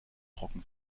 trocken